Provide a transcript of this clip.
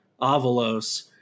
Avalos